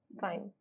fine